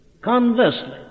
Conversely